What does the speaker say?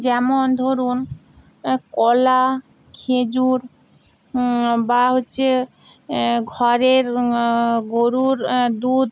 যেমন ধরুন কলা খেজুর বা হচ্ছে ঘরের গরুর দুধ